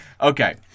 Okay